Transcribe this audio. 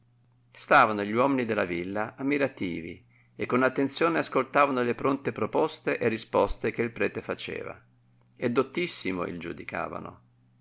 stavano gli uomini della villa ammirativi e con attenzione ascoltavano le pronte proposte e risposte che il prete faceva e dottissimo il giudicavano